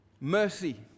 Mercy